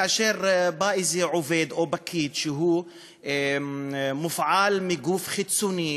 כאשר בא עובד או פקיד שמופעל מגוף חיצוני,